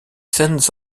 scènes